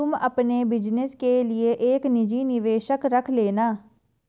तुम अपने बिज़नस के लिए एक निजी निवेशक रख लेना